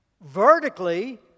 vertically